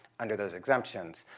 under those exemptions.